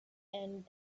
and